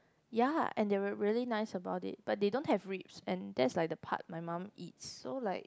ya and they were really nice about it but they don't have ribs and that's like the part my mum eats so like